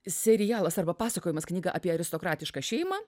serialas arba pasakojimas knyga apie aristokratišką šeimą